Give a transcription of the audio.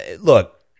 look